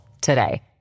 today